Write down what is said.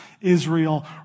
Israel